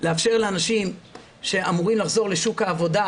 לאפשר לאנשים שאמורים לחזור לשוק העבודה,